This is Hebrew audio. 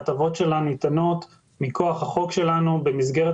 ההטבות שלה ניתנות מכוח החוק שלנו במסגרת